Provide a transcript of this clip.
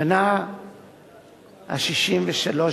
השנה ה-63,